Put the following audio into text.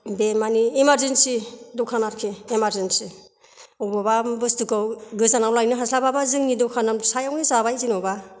बे मानि इमारजिन्सि दखान आरिखि इमारजिन्सि अबेबा बुस्तुखौ गोजानाव लायनो हास्लाबाबा जोंनि दखान फिसायावनो जाबाय जेन'बा